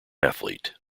athlete